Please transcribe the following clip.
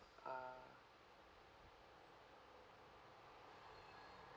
uh